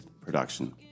production